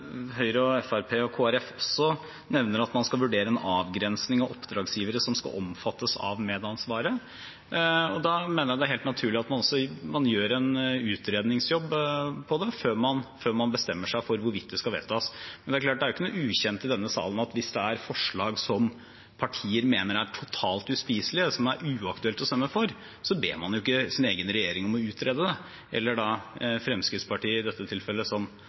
Høyre, Fremskrittspartiet og Kristelig Folkeparti også nevner at man skal vurdere en avgrensning av oppdragsgivere som skal omfattes av medansvaret. Da mener jeg det er helt naturlig at man også gjør en utredningsjobb på det, før man bestemmer seg for hvorvidt det skal vedtas. Men det er klart at det er ikke ukjent i denne salen at hvis det er forslag som partier mener er totalt uspiselige, som er uaktuelle å stemme for, så ber man ikke sin egen regjering om å utrede det – i dette tilfellet Fremskrittspartiet, som tidligere satt i